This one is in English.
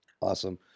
Awesome